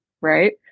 right